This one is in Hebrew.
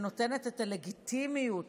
שנותנת את הלגיטימיות